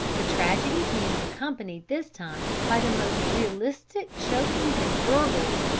the tragedy being accompanied this time by the most realistic chokings and gurgles,